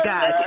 God